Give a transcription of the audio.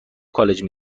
کالج